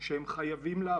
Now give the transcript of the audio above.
אנחנו עושים תוכניות